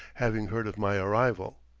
having heard of my arrival.